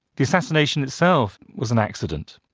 the assassination itself was an accident.